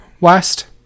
West